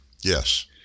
yes